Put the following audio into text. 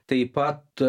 taip pat